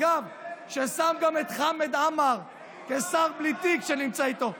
אגב, שם את חמד עמאר כשר בלי תיק, שנמצא איתו.